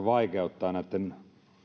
vaikeuttaa näitten